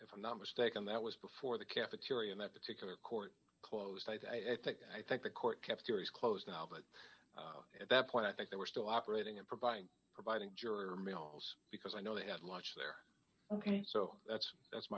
if i'm not mistaken that was before the cafeteria and that particular court closed i think i think the court kept series closed now but at that point i think they were still operating and providing providing juror meals because i know they had lunch there ok so that's that's